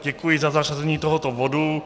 Děkuji za zařazení tohoto bodu.